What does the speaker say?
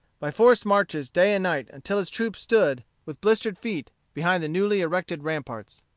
by forced marches day and night, until his troops stood, with blistered feet, behind the newly erected ramparts.